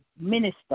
minister